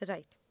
Right